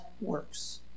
works